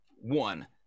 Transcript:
one